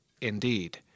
indeed